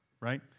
right